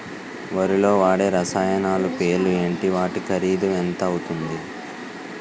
వరిలో వాడే రసాయనాలు పేర్లు ఏంటి? వాటి ఖర్చు ఎంత అవతుంది?